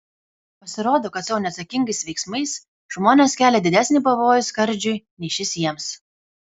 pasirodo kad savo neatsakingais veiksmais žmonės kelia didesnį pavojų skardžiui nei šis jiems